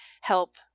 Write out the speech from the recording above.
help